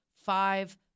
five